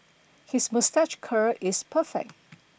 his moustache curl is perfect